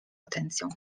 potencjał